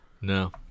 No